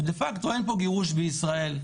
ודה פקטו אין פה גירוש בישראל,